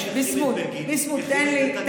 מי שהחרים אתמול את בגין, מחרים את נתניהו.